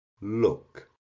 look